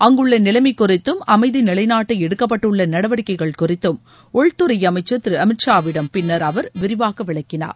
அங்குள்ள நிலைமை குறித்தும் அமைதி நிலைநாட்ட எடுக்கப்பட்டுள்ள நடவடிக்கைகள் குறித்தும் உள்துறை அமைச்சர் திரு அமித்ஷாவிடம் பின்னர் அவர் விரிவாக விளக்கினார்